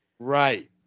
Right